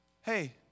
hey